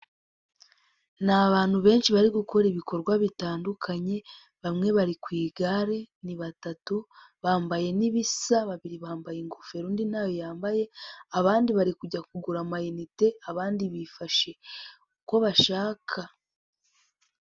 Ni abantu benshi bari gukora ibikorwa bitandukanye, bamwe bari ku igare, ni batatu bambaye n'ibisa, babiri bambaye ingofero, undi nayo yambaye, abandi bari kujya kugura amanite, abandi bifashe uko bashaka.